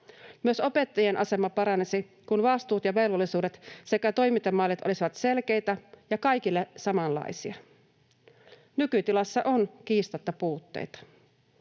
Myös opettajien asema paranisi, kun vastuut ja velvollisuudet sekä toimintamallit olisivat selkeitä ja kaikille samanlaisia. Nykytilassa on kiistatta puutteita.